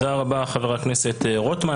תודה רבה, חבר הכנסת רוטמן.